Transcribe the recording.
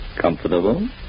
Comfortable